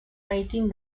marítim